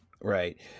Right